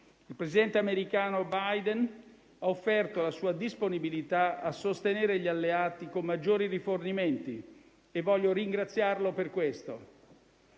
Il presidente americano Biden ha offerto la sua disponibilità a sostenere gli alleati con maggiori rifornimenti e voglio ringraziarlo per questo.